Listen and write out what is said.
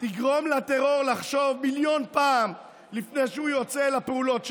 תגרום לטרור לחשוב מיליון פעם לפני שהוא יוצא לפעולות שלו.